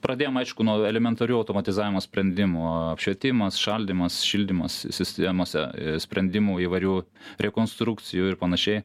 pradėjom aišku nuo elementarių automatizavimo sprendimų apšvietimas šaldymas šildymas sistemose sprendimų įvairių rekonstrukcijų ir panašiai